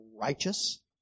righteous